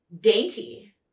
dainty